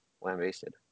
lambasted